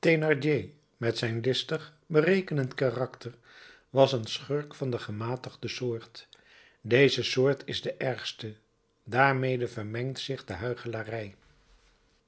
met zijn listig berekenend karakter was een schurk van de gematigde soort deze soort is de ergste daarmede vermengt zich de huichelarij